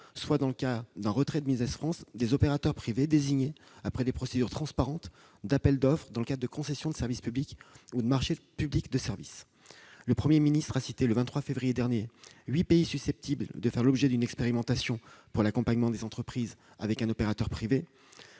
soit, dans le cas d'un retrait de Business France, des opérateurs privés désignés après des procédures transparentes d'appel d'offres dans le cadre de concessions de service public ou de marché public de services. Le Premier ministre a cité, le 23 février dernier, huit pays susceptibles de faire l'objet d'une expérimentation visant à confier l'accompagnement des entreprises à un opérateur privé.